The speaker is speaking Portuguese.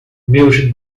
meus